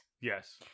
Yes